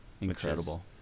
Incredible